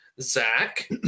Zach